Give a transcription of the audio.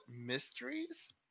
Mysteries